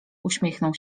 uśmiechnął